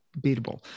beatable